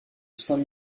saints